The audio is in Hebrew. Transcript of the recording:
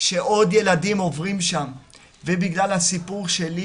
שעוד ילדים עוברים שם פגיעות ובגלל הסיפור שלי